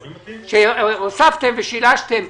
הוספתם, שילשתם.